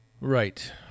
Right